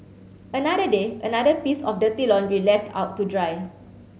another day another piece of dirty laundry left out to dry